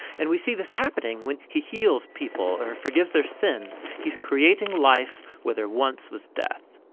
and we see this happening when he heals people or forgives their sins. he's creating life where there once was death.